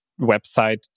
website